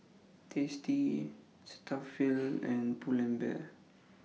tasty Cetaphil and Pull and Bear